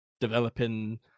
developing